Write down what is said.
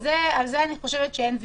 על זה אין ויכוח,